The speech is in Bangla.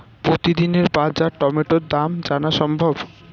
প্রতিদিনের বাজার টমেটোর দাম জানা সম্ভব?